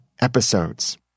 episodes